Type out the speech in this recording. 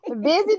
busy